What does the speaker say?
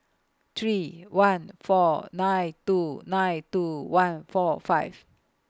three one four nine two nine two one four five